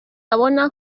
abona